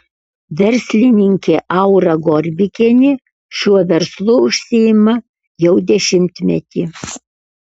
verslininkė aura gorbikienė šiuo verslu užsiima jau dešimtmetį